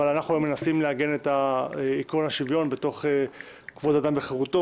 אנחנו מנסים לעגן את עקרון השוויון בתוך כבוד האדם וחירותו,